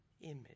image